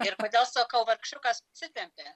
ir kodėl sakau vargšiukas pasitempė